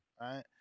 right